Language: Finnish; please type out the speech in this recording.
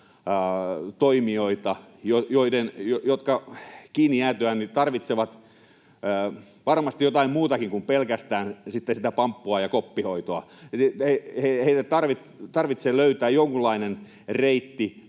toimijoita, jotka kiinni jäätyään tarvitsevat varmasti jotain muutakin kuin pelkästään sitten sitä pamppua ja koppihoitoa. Heidän tarvitsee löytää jonkunlainen reitti